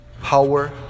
power